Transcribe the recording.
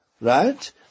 right